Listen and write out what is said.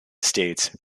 states